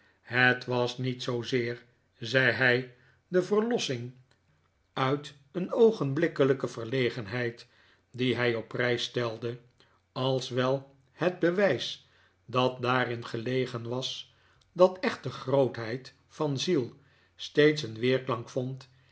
het was niet zoozeer zei hij de verlossing uit een oogenblikkelijke verlegenheid die hij op prijs stelde als wel het bewijs dat daarin gelegen was dat echte grootheid van ziel steeds een weerklank vond